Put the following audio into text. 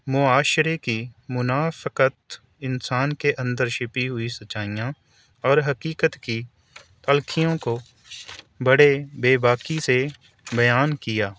معاشرے کی منافقت انسان کے اندر چھپی ہوئی سچائیاں اور حقیقت کی تلخیوں کو بڑے بے باکی سے بیان کیا